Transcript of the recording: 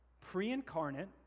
pre-incarnate